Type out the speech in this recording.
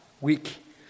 week